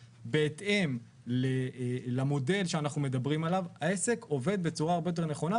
בהתאם למודל שאנחנו מדברים עליו העסק עובד בצורה יותר נכונה,